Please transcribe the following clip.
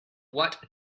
what